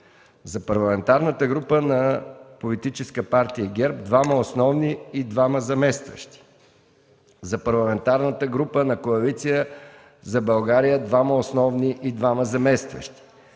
за Парламентарната група на Политическа партия ГЕРБ – 2 основни и 2 заместващи; - за Парламентарната група на Коалиция за България – 2 основни и 2 заместващи;